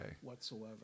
Whatsoever